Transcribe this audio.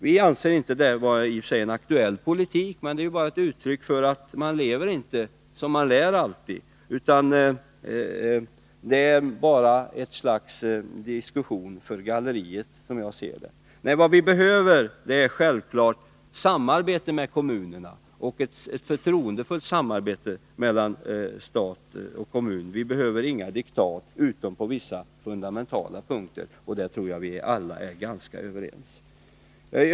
Vi anser i och för sig inte att detta är en aktuell politik, men det är ett uttryck för att man inte alltid lever som man lär. Som jag ser det är det bara ett spel för galleriet. Vad vi behöver är självfallet samarbete mellan kommunerna och ett förtroendefullt samarbete mellan stat och kommun. Vi behöver inga diktat utom på vissa fundamentala punkter, och där tror jag vi alla är ganska överens.